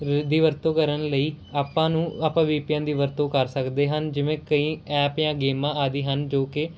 ਅ ਦੀ ਵਰਤੋਂ ਕਰਨ ਲਈ ਆਪਾਂ ਨੂੰ ਆਪਾਂ ਵੀ ਪੀ ਐਨ ਦੀ ਵਰਤੋਂ ਕਰ ਸਕਦੇ ਹਨ ਜਿਵੇਂ ਕਈ ਐਪ ਜਾਂ ਗੇਮਾਂ ਆਦਿ ਹਨ ਜੋ ਕਿ